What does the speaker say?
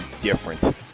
different